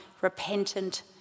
repentant